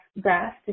grass